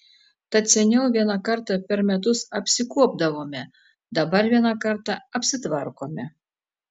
tad seniau vieną kartą per metus apsikuopdavome dabar vieną kartą apsitvarkome